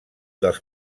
dels